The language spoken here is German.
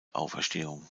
auferstehung